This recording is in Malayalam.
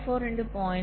04 ഇൻടു 0